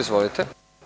Izvolite.